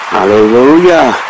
Hallelujah